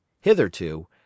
Hitherto